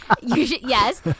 Yes